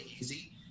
easy